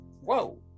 whoa